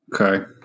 Okay